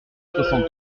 soixante